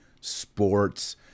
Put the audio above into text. sports